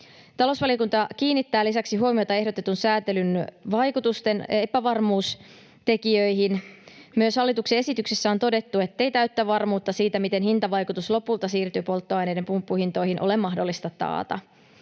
Talousvaliokunta kiinnittää lisäksi huomiota ehdotetun sääntelyn vaikutusten epävarmuustekijöihin. Myös hallituksen esityksessä on todettu, ettei täyttä varmuutta siitä, miten hintavaikutus lopulta siirtyy polttoaineiden pumppuhintoihin, ole mahdollista taata.